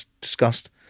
discussed